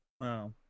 Wow